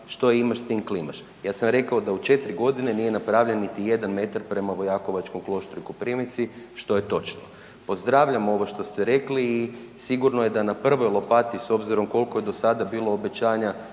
što imaš, s tim klimaš. Ja sam rekao da u 4 godine nije napravljen niti jedan metar prema Vojakovačkom Kloštru i Koprivnici, što je točno. Pozdravljam ovo što ste rekli i sigurno je da na prvoj lopati, s obzirom koliko je do sada bilo obećanja,